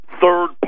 third